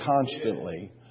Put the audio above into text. constantly